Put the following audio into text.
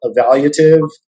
evaluative